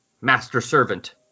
master-servant